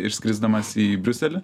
išskrisdamas į briuselį